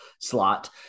slot